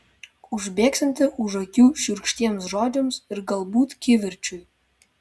užbėgsianti už akių šiurkštiems žodžiams ir galbūt kivirčui